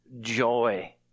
joy